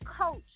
Coach